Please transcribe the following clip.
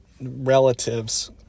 relatives